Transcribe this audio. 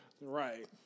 Right